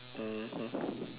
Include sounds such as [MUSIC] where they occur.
mmhmm [BREATH]